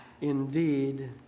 indeed